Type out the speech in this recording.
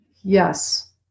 Yes